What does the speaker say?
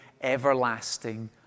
everlasting